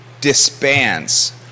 disbands